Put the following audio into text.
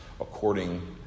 according